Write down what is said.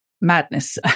madness